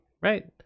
right